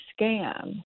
scam